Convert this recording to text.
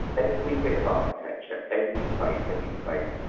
every bit of architecture, every place, every space,